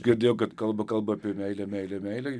girdėjau kad kalba kalba apie meilę meilę meilę